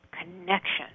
Connection